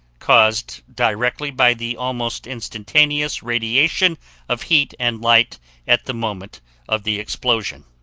caused directly by the almost instantaneous radiation of heat and light at the moment of the explosion.